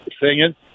singing